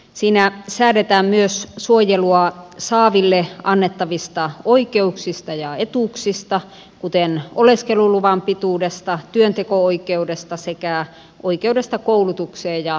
siinä säädetään myös suojelua saaville annettavista oikeuksista ja etuuksista kuten oleskeluluvan pituudesta työnteko oikeudesta sekä oikeudesta koulutukseen ja terveydenhuoltoon